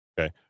Okay